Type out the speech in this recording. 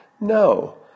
No